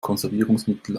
konservierungsmittel